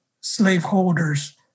slaveholders